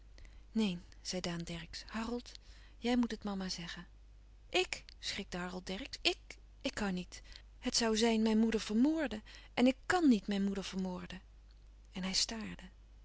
neen zei daan dercksz harold jij moet het mama zeggen louis couperus van oude menschen de dingen die voorbij gaan ik schrikte harold dercksz ik ik kan niet het zoû zijn mijn moeder vermoorden en ik kàn niet mijn moeder vermoorden en hij staarde